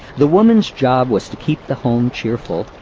the woman's job was to keep the home cheerful,